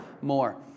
more